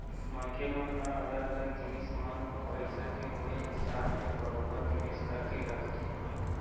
मनखे मन ह अलग अलग जिनिस मन म पइसा के होय हिसाब ले बरोबर निवेश करके रखथे